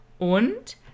Und